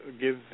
give